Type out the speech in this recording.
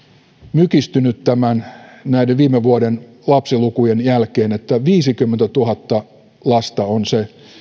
mykistynyt näiden viime vuoden lapsilukujen jälkeen että viisikymmentätuhatta lasta on se